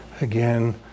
Again